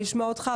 אחרי שנשמע אותך,